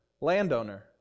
landowner